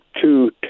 two